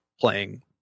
playing